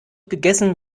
gegessen